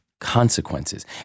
consequences